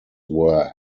were